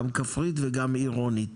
גם כפרית וגם עירונית,